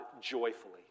joyfully